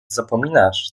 zapominasz